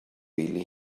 really